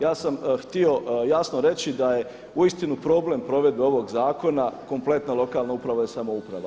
Ja sam htio jasno reći da je uistinu problem provedbe ovog zakona kompletna lokalna uprava i samouprava.